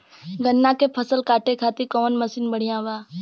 गन्ना के फसल कांटे खाती कवन मसीन बढ़ियां बा?